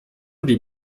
die